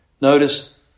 Notice